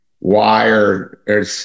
wire